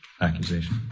accusation